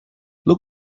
look